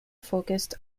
focused